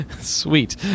Sweet